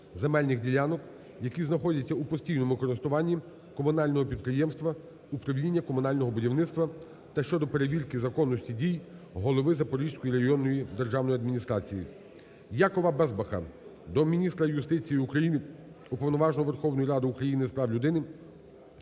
земельних ділянок, які знаходяться у постійному користуванні комунального підприємства "Управління комунального будівництва", та щодо перевірки законності дій голови Запорізької районної державної адміністрації. Якова Безбаха до міністра юстиції України, Уповноваженого